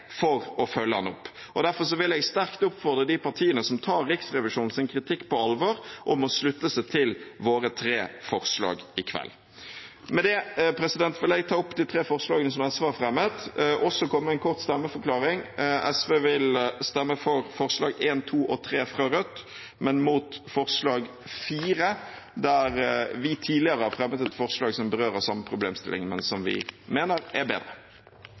for å følge den opp. Derfor vil jeg sterkt oppfordre de partiene som tar Riksrevisjonens kritikk på alvor, om å slutte seg til våre tre forslag i kveld. – Med det vil jeg ta opp de tre forslagene som SV har fremmet. Så vil jeg komme med en kort stemmeforklaring: SV vil stemme for forslagene nr. 1, 2 og 3 fra Rødt, men mot forslag nr. 4, der vi tidligere har fremmet et forslag som berører samme problemstilling, men som vi mener er bedre.